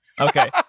Okay